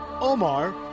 Omar